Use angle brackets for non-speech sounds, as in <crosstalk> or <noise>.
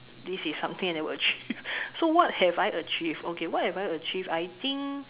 this is something I never achieve <laughs> so what have I achieved okay what have I achieved I think